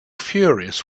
furious